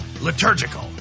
liturgical